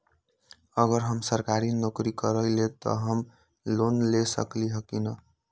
अगर हम सरकारी नौकरी करईले त हम लोन ले सकेली की न?